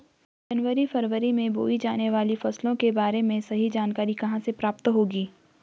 जनवरी फरवरी में बोई जाने वाली फसलों के बारे में सही जानकारी कहाँ से प्राप्त होगी?